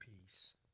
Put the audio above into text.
peace